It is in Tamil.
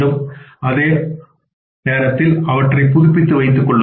ஆனால் அதே நேரத்தில் அவற்றை புதுப்பித்து வைத்துக் கொள்ளுங்கள்